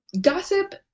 gossip